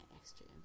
extra